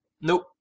Nope